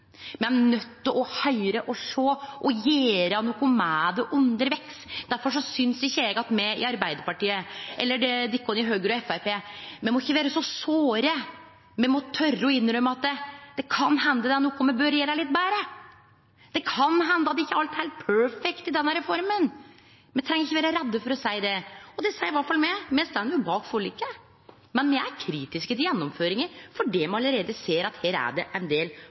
Me er nøydde til å høyre og sjå og gjere noko med det undervegs. Derfor synest ikkje eg at me i Arbeidarpartiet, eller dei i Høgre og Framstegspartiet, må vere så såre. Me må tore å innrømme at det kan hende det er noko me bør gjere litt betre. Det kan hende at ikkje alt er heilt «perfect» i denne reforma, og me treng ikkje vere redde for å seie det. Det seier iallfall me. Me står jo bak forliket, men me er kritiske til gjennomføringa fordi me allereie ser at her er det ein del